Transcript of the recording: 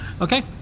okay